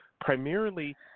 primarily